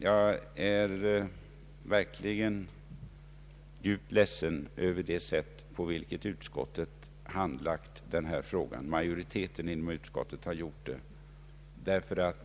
Jag är verkligen djupt ledsen över det sätt på vilket utskottsmajoriteten har handlagt den här frågan.